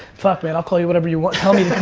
fuck, man, i'll call you whatever you want me